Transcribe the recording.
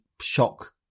shock